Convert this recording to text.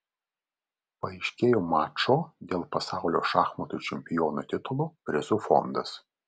paaiškėjo mačo dėl pasaulio šachmatų čempiono titulo prizų fondas